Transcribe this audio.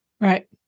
Right